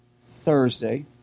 Thursday